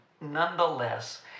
Nonetheless